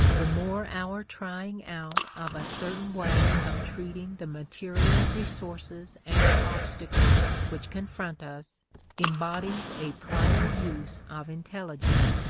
the more our trying out of a certain way of treating the material resources and obstacles which confront us embodies a prior use of intelligence.